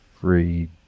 Free